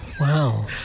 Wow